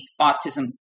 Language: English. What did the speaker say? autism